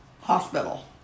hospital